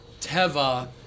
Teva